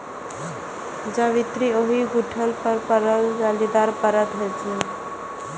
जावित्री ओहि गुठली पर पड़ल जालीदार परत होइ छै